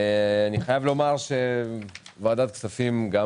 אני חייב לומר שוועדת הכספים נוהגת להתכנס לעיתים קרובות יותר,